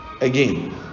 Again